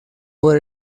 por